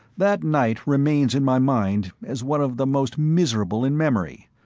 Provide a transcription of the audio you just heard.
that night remains in my mind as one of the most miserable in memory.